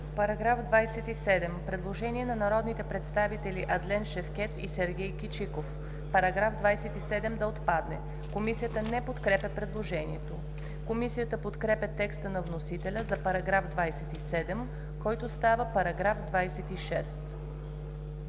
Има предложение на народните представители Адлен Шевкед и Сергей Кичиков § 27 да отпадне. Комисията не подкрепя предложението. Комисията подкрепя текста на вносителя за § 27, който става § 26.